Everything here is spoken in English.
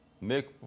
make